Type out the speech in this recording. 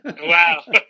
Wow